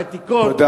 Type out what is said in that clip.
העתיקות,